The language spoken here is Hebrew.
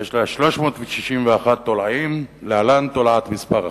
ויש לה 361 תולעים, להלן תולעת מספר אחת.